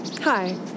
Hi